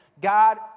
God